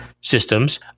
systems